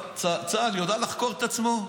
צה"ל יודע לחקור את עצמו,